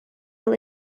will